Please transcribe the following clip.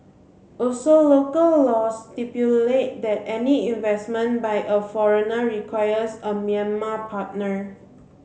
also local laws stipulate that any investment by a foreigner requires a Myanmar partner